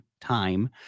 time